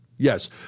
Yes